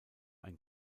ein